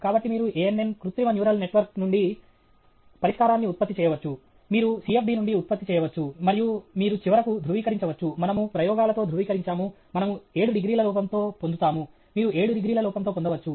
కాబట్టి మీరు ANN కృత్రిమ న్యూరల్ నెట్వర్క్ నుండి పరిష్కారాన్ని ఉత్పత్తి చేయవచ్చు మీరు CFD నుండి ఉత్పత్తి చేయవచ్చు మరియు మీరు చివరకు ధృవీకరించవచ్చు మనము ప్రయోగాలతో ధృవీకరించాము మనము 7 డిగ్రీల లోపంతో పొందుతాము మీరు 7 డిగ్రీల లోపంతో పొందవచ్చు